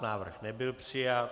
Návrh nebyl přijat.